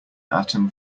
atom